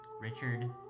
Richard